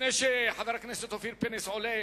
לפני שחבר הכנסת אופיר פינס עולה,